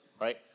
right